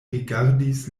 rigardis